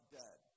dead